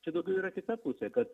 čia daugiau yra kita pusė kad